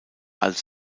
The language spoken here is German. als